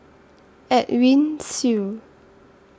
Edwin Siew